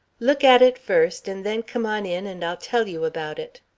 look at it first, and then come on in and i'll tell you about it.